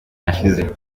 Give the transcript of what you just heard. yashize